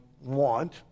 want